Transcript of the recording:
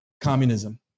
communism